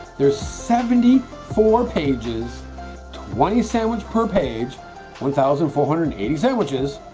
there's seventy four pages twenty sandwich per page one thousand four hundred and eighty sandwiches,